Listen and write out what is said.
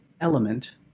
element